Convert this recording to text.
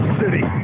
city